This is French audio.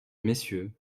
messieurs